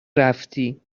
رفتی